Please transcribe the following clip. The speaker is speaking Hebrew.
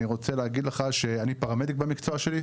אני רוצה להגיד לך שאני פרמדיק במקצועי,